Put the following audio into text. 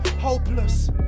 Hopeless